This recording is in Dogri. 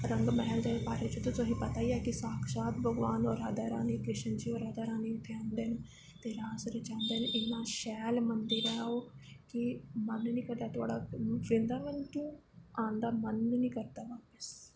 रंग मैह्ल दे बारे च ते तुसेंगी पता ही ऐ कि साक्षात भगवान राधा रानी कृष्ण जी होर उत्थें आंदे न ते रास रचांदे ते इन्ना शैल मन्दर ऐ ओह् कि मन निं करदा थोआढ़ा वृंदावन तों आन दा मन गै निं करदा बस